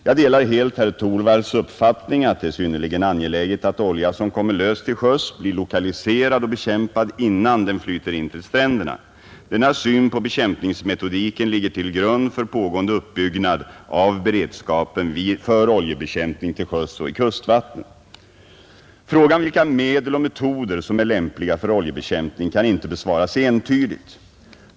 Jag delar helt herr Torwalds uppfattning att det är synnerligen angeläget att olja som kommer lös till sjöss blir lokaliserad och bekämpad innan den flyter in till stränderna. Denna syn på bekämpningsmetodiken ligger till grund för pågående uppbyggnad av beredskapen för oljebekämpning till sjöss och i kustvattnen. Frågan vilka medel och metoder som är lämpliga för oljebekämpning kan inte besvaras entydigt.